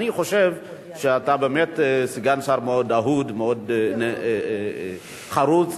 אני חושב שאתה באמת סגן שר מאוד אהוד, מאוד חרוץ.